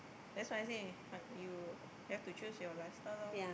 that's why I say uh you have to choose your lifestyle loh